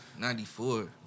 94